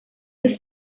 you